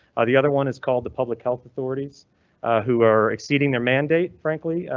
the other one is called the public health authorities who are exceeding their mandate. frankly,